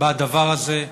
בדבר הזה.